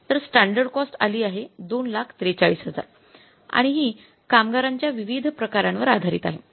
तर standard cost अली आहे २४३००० आणि हि कामगारांच्या विविध प्रकारांवर आधारित आहे